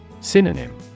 Synonym